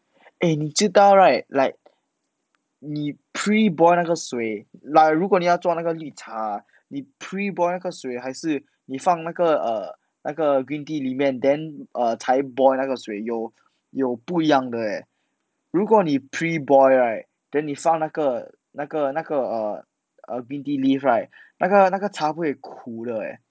eh 你知道 right like 你 pre boil 那个水 like 如果你要做那个绿茶啊你 pre boil 那个水还是你放那个 err 那个 green tea 里面 then err 才 boil 那个水有有不一样的 eh 如果你 pre boil right then 你放那个那个那个 err err green tea leave right 那个那个茶会苦的 eh